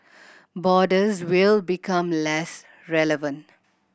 borders will become less relevant